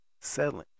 selling